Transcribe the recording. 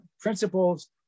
principles